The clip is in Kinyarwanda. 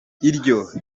iryo